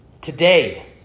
Today